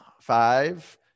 Five